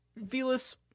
Velas